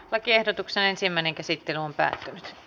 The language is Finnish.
lakiehdotuksen ensimmäinen käsittely päättyi